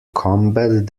combat